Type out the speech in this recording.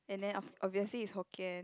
and then aft~ obviously is Hokkien